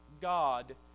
God